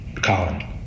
Colin